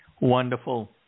Wonderful